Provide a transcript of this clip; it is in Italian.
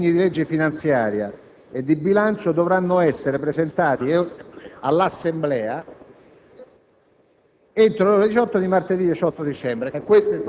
dicembre. Gli emendamenti ai disegni di legge finanziaria e di bilancio dovranno essere presentati all'Assemblea